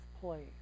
place